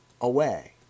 away